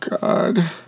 God